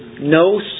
no